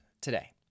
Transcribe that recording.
today